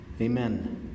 Amen